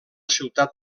ciutat